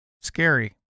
scary